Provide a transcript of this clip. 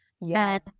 Yes